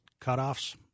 cutoffs